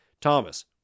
Thomas